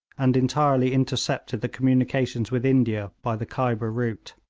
and entirely intercepted the communications with india by the khyber route.